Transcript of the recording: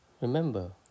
Remember